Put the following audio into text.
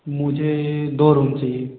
मुझे दो रूम चाहिए